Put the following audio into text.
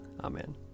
Amen